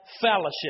fellowship